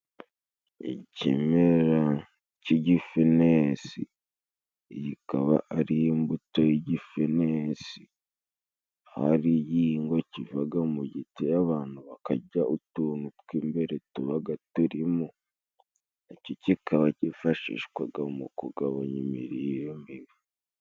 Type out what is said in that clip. Ikimera c'igifenesi. Iyi ikaba ari imbuto y'igifenesi akaba ari igihingwa kivaga mu giti, abantu bakarya utuntu tw'imbere tubaga turimo. Na cyo kikaba cyifashishwaga mu kugabanya imirire mibi.